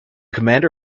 commander